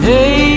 Hey